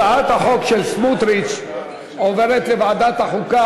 הצעת החוק של סמוטריץ עוברת לוועדת חוקה,